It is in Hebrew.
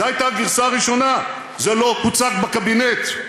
זו הייתה הגרסה הראשונה: זה לא הוצג בקבינט.